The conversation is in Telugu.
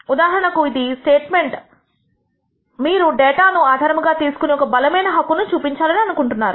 ఉదాహరణకు ఇది స్టేట్మెంట్ మీరు డేటా ను ఆధారముగా తీసుకుని ఒక బలమైన హక్కు ను చూపించాలి అనుకుంటున్నారు